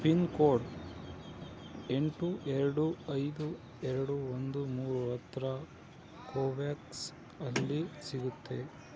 pin code ಎಂಟು ಎರಡು ಐದು ಎರಡು ಒಂದು ಮೂರು ಹತ್ರ ಕೋವ್ಯಾಕ್ಸ್ ಅಲ್ಲಿ ಸಿಗುತ್ತೆ